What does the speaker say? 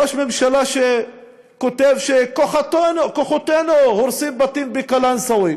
ראש ממשלה כותב: כוחותינו הורסים בתים בקלנסואה,